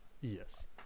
Yes